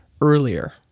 earlier